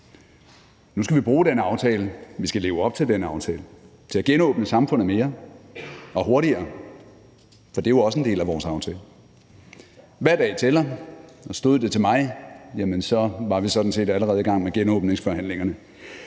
Nu skal vi bruge den aftale, og vi skal leve op til den aftale til at genåbne samfundet mere og hurtigere, for det er jo også en del af vores aftale, og hver dag tæller. Stod det til mig, var vi sådan set allerede i gang med genåbningsforhandlingerne.